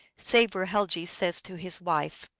save where helgi says to his wife,